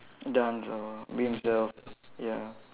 dance or be himself ya